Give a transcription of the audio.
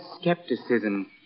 skepticism